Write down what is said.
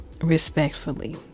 respectfully